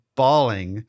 bawling